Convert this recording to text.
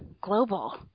global